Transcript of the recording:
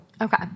Okay